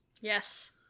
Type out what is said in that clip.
Yes